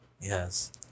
Yes